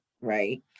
right